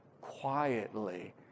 quietly